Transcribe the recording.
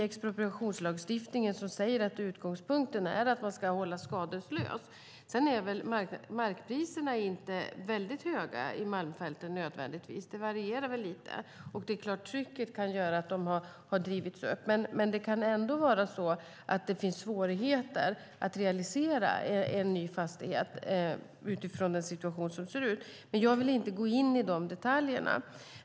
Expropriationslagstiftningen säger att utgångspunkten är att man ska hållas skadeslös. Sedan är väl inte markpriserna väldigt höga i Malmfälten. De varierar väl lite. Det är klart att trycket kan ha gjort att de har drivits upp. Det kan ändå finnas svårigheter att realisera en ny fastighet utifrån hur situationen ser ut, men jag vill inte gå in i de detaljerna.